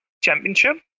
championship